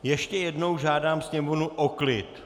Ještě jednou žádám sněmovnu o klid!